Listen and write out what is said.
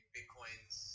Bitcoin's